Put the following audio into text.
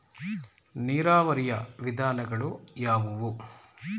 ನೀರಾವರಿಯ ವಿಧಾನಗಳು ಯಾವುವು?